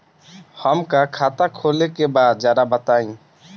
हमका खाता खोले के बा जरा बताई?